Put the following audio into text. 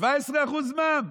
17% מע"מ?